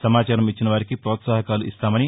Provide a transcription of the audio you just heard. సమాచారం ఇచ్చిన వారికి ప్రోత్సాహకాలు ఇస్తామని